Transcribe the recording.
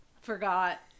forgot